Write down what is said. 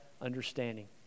understanding